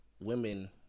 women